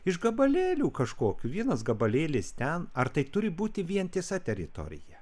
iš gabalėlių kažkokių vienas gabalėlis ten ar tai turi būti vientisa teritorija